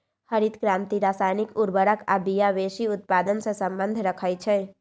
हरित क्रांति रसायनिक उर्वर आ बिया वेशी उत्पादन से सम्बन्ध रखै छै